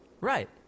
Right